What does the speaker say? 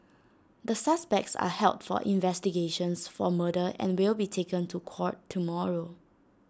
the suspects are held for investigations for murder and will be taken to court tomorrow